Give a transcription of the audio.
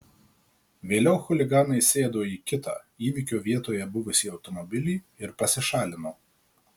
vėliau chuliganai sėdo į kitą įvykio vietoje buvusį automobilį ir pasišalino